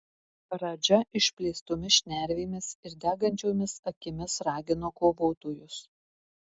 radža išplėstomis šnervėmis ir degančiomis akimis ragino kovotojus